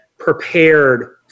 prepared